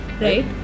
Right